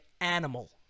animal